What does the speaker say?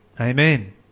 Amen